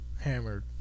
Hammered